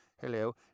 hello